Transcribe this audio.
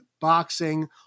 boxing